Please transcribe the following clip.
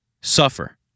Suffer